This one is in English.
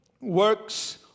works